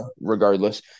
regardless